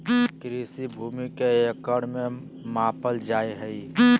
कृषि भूमि के एकड़ में मापल जाय हइ